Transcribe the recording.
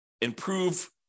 improve